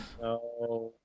No